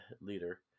leader